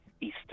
Easter